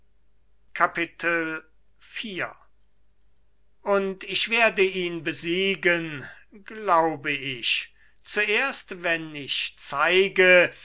iv und ich werde ihn besiegen glaube ich zuerst wenn ich zeige